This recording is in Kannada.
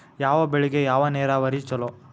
ಯಾವ ಬೆಳಿಗೆ ಯಾವ ನೇರಾವರಿ ಛಲೋ?